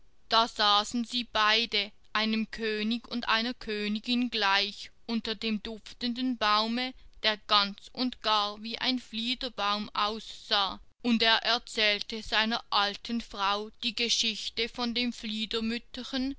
da saßen sie beide einem könig und einer königin gleich unter dem duftenden baume der ganz und gar wie ein fliederbaum aussah und er erzählte seiner alten frau die geschichte von dem